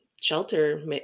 shelter